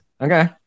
Okay